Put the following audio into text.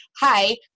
hi